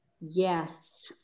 Yes